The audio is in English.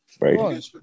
right